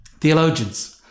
theologians